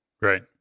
right